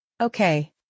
Okay